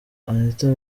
anita